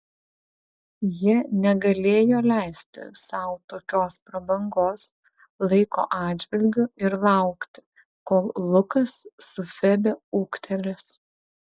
jie negalėjo leisti sau tokios prabangos laiko atžvilgiu ir laukti kol lukas su febe ūgtelės